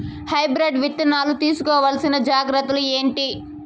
Hybrid విత్తనాలు తీసుకోవాల్సిన జాగ్రత్తలు ఏంటి?